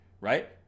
right